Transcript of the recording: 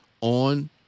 on